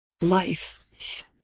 life